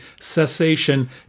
cessation